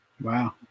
Wow